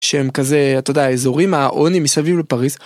שהם כזה אתה יודע אזורים העוני מסביב לפריז.